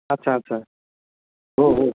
अच्छा अच्छा हो हो